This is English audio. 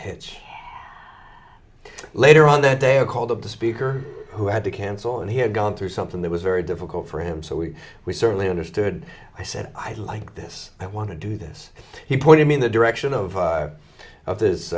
hitch later on that day i called up the speaker who had to cancel and he had gone through something that was very difficult for him so we we certainly understood i said i like this i want to do this he pointed me in the direction of